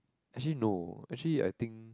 actually no actually I think